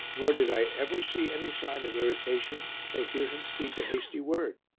nor did i ever see any sign of irritation or hear him speak a hasty word.